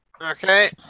Okay